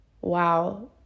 wow